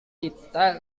kita